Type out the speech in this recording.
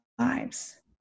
Lives